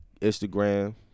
Instagram